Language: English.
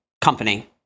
company